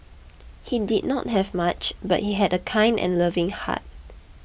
he did not have much but he had a kind and loving heart